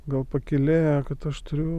gal pakylėja kad aš turiu